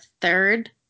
third